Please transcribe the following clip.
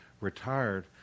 retired